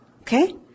Okay